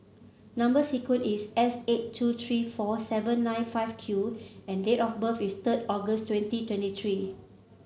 number sequence is S eight two three four seven nine five Q and date of birth is third August twenty twenty three